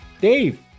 Dave